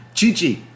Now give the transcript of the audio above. Chi-Chi